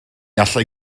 allai